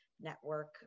network